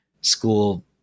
school